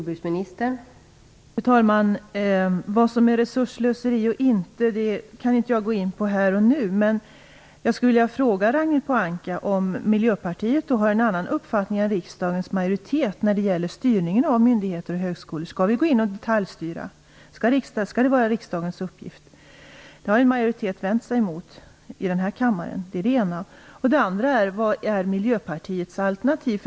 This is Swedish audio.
Fru talman! Vad som är resursslöseri och inte kan jag inte gå in på här och nu. Jag skulle vilja fråga Ragnhild Pohanka om Miljöpartiet har en annan uppfattning än riksdagens majoritet när det gäller styrningen av myndigheter och högskolor. Skall vi gå in och detaljstyra? Skall det vara riksdagens uppgift? Det har en majoritet i riksdagen vänt sig emot. Vad är Miljöpartiets alternativ?